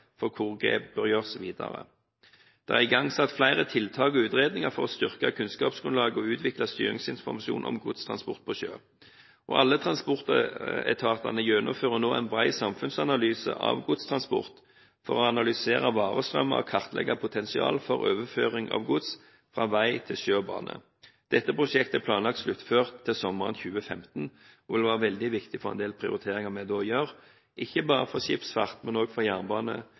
for hvor en bør ta grep videre. Det er igangsatt flere tiltak og utredninger for å styrke kunnskapsgrunnlaget og utvikle styringsinformasjon om godstransporten på sjø, og alle transportetatene gjennomfører nå en bred samfunnsanalyse av godstransport for å analysere varestrømmer og kartlegge potensial for overføring av gods fra vei til sjø og bane. Dette prosjektet er planlagt sluttført sommeren 2015 og vil være veldig viktig for en del prioriteringer vi da gjør, ikke bare for skipsfarten, men òg for jernbane